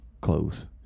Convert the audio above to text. close